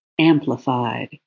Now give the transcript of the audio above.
amplified